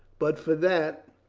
but for that,